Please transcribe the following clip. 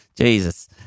Jesus